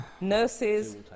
Nurses